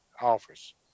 office